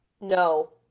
No